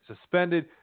suspended